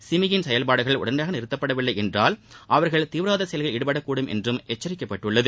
சிமியினுடைய செயல்பாடுகள் உடனடியாக நிறுத்தப்படவில்லை என்றால் அவர்கள் தீவிரவாத செயல்களில் ஈடுபடக்கூடும் என்றும் எச்சரித்துள்ளது